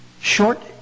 Short